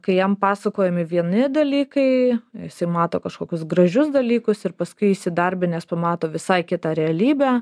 kai jam pasakojami vieni dalykai jisai mato kažkokius gražius dalykus ir paskui įsidarbinęs pamato visai kitą realybę